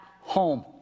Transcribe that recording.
home